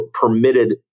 permitted